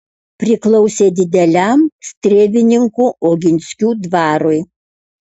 priklausė dideliam strėvininkų oginskių dvarui